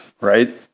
right